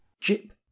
Chip